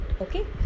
okay